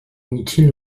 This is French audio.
inutile